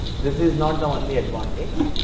this is not the only advantage,